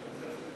דקה הפסקה,